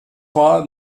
war